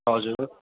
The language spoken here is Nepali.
हजुर